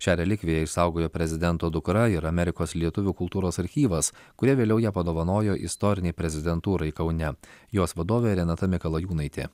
šią relikviją išsaugojo prezidento dukra ir amerikos lietuvių kultūros archyvas kurie vėliau ją padovanojo istorinei prezidentūrai kaune jos vadovė renata mikalajūnaitė